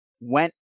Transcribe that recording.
went